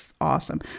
Awesome